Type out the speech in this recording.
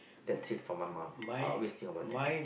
that's it for my mum I will always think about that